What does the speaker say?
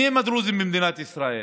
מיהם הדרוזים במדינת ישראל.